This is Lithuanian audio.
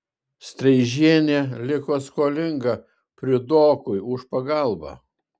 streižienė liko skolinga priudokui už pagalbą